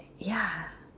ya